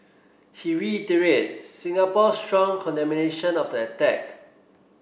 he reiterate Singapore's strong condemnation of the attack